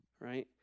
Right